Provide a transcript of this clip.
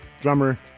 drummer